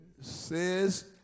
says